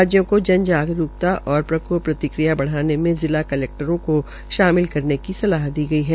राज्यों को े न े ागरण और प्रकोप प्रतिक्रिया बढ़ाने में ि ला कुलैक्टरों को शामिल करने की सलाह दी गई है